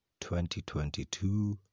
2022